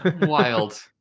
wild